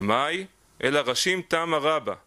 מאי, אלא ראשים טעמא רבא